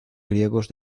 griegos